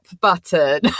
button